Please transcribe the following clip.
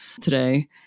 today